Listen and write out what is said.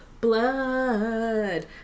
blood